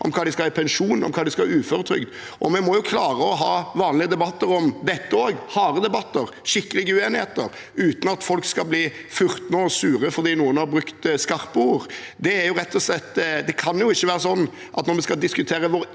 om hva de skal ha i pensjon, og om hva de skal ha i uføretrygd. Vi må jo klare å ha vanlige debatter om dette også, harde debatter, skikkelige uenigheter, uten at folk skal bli furtne og sure fordi noen har brukt skarpe ord. Det kan ikke være sånn at når vi skal diskutere vårt